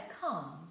come